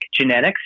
genetics